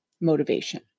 motivation